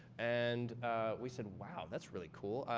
and we said, wow, that's really cool.